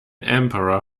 emperor